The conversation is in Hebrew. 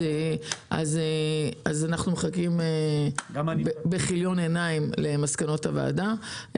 אנחנו מחכים בכיליון עיניים למסקנות הוועדה.